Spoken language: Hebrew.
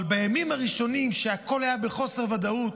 אבל בימים הראשונים, כשהכול היה בחוסר ודאות,